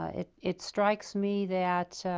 ah it it strikes me that